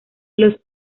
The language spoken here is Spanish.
los